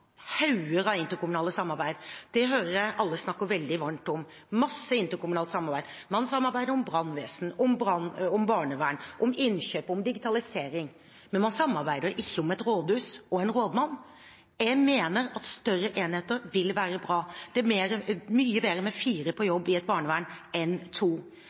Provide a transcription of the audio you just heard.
samarbeid. Det hører jeg alle snakker veldig varmt om – masse interkommunalt samarbeid. Man samarbeider om brannvesen, barnevern, innkjøp og digitalisering, men man samarbeider ikke om et rådhus og en rådmann. Jeg mener at større enheter vil være bra, det er mye bedre med fire på jobb i et barnevern enn to.